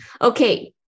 Okay